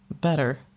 better